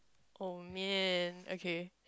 oh man okay